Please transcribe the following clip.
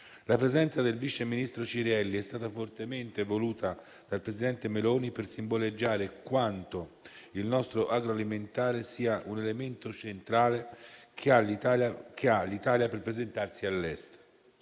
La presenza del vice ministro Cirielli è stata fortemente voluta dal presidente Meloni per simboleggiare quanto il nostro agroalimentare sia un elemento centrale che ha l'Italia per presentarsi all'estero.